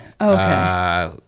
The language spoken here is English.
okay